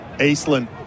Eastland